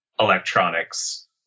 electronics